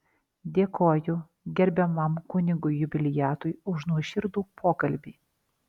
dėkoju gerbiamam kunigui jubiliatui už nuoširdų pokalbį